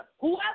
whoever